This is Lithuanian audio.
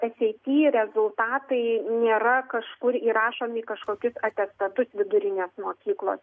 ateity rezultatai nėra kažkur įrašomi į kažkokius atestatus vidurinės mokyklos